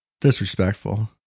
Disrespectful